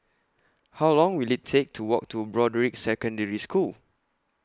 How Long Will IT Take to Walk to Broadrick Secondary School